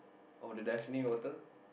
oh the Dassni water